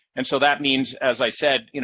and so that means, as i said, you know